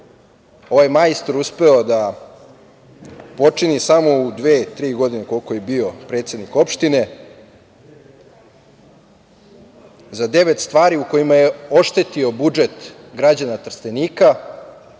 ovaj majstor uspeo da počini samo u dve, tri godine koliko je bio predsednik opštine, za devet stvari u kojima je oštetio budžet građana Trstenika